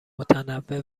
متنوع